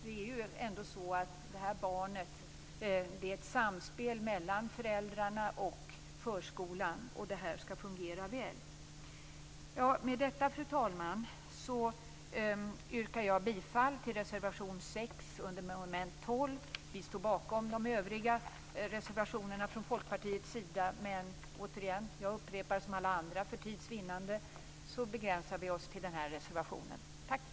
Det handlar ju ändå om ett samspel mellan föräldrarna och förskolan för att samarbetet skall fungera väl. Med detta, fru talman, yrkar jag bifall till reservation 6 under mom. 12. Vi står bakom de övriga reservationerna från Folkpartiets sida, men jag upprepar, som alla andra, att för tids vinnande begränsar vi oss till att yrka bifall till denna reservation.